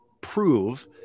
prove